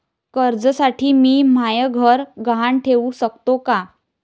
कर्जसाठी मी म्हाय घर गहान ठेवू सकतो का